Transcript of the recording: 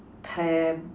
pam